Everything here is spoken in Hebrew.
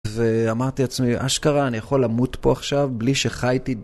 ואמרתי לעצמי, אשכרה, אני יכול למות פה עכשיו בלי שחייתי.